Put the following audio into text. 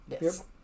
Yes